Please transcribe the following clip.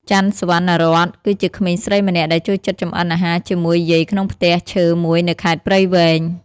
ចាន់ សុវណ្ណារ័ត្ន គឺជាក្មេងស្រីម្នាក់ដែលចូលចិត្តចម្អិនអាហារជាមួយយាយក្នុងផ្ទះឈើមួយនៅខេត្តព្រៃវែង។